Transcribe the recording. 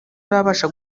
urabasha